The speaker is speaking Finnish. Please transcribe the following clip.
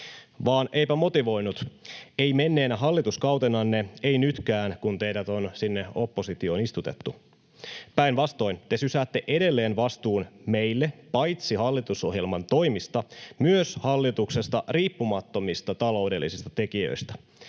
vaan eipä motivoinut, ei menneenä hallituskautenanne, ei nytkään, kun teidät on sinne oppositioon istutettu. Päinvastoin te sysäätte edelleen vastuun meille paitsi hallitusohjelman toimista myös hallituksesta riippumattomista taloudellisista tekijöistä.